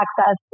access